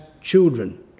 children